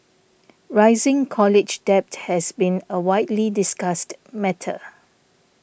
rising college debt has been a widely discussed matter